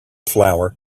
flour